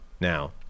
Now